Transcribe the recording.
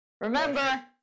Remember